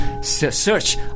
search